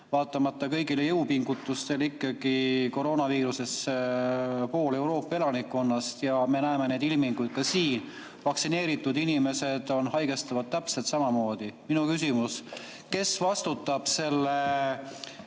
vaatamata kõigile jõupingutustele ikkagi koroonaviirusesse pool Euroopa elanikkonnast ja me näeme neid ilminguid ka siin: vaktsineeritud inimesed haigestuvad täpselt samamoodi. Minu küsimus: kes vastutab selle